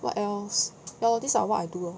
what else ya these are what I do lor